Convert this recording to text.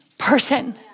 person